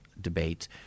debates